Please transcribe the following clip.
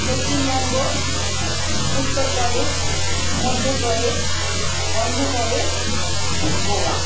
Paschimbanga Uttar Pradesh Madhya Pradesh Andhra Pradesh Goa